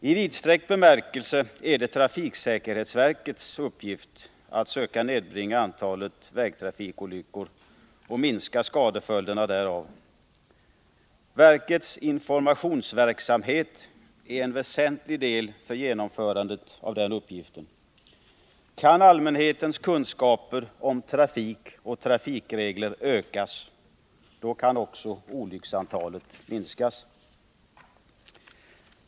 I vidsträckt bemärkelse är det trafiksäkerhetsverkets uppgift att söka nedbringa antalet vägtrafikolyckor och minska de skador som följer av dessa olyckor. Verkets informationsverksamhet är en väsentlig del när det gäller genomförandet av den uppgiften. Kan allmänhetens kunskaper om trafik och trafikregler ökas, då kan också antalet olyckor minskas.